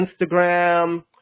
Instagram